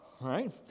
right